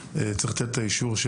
לאישור,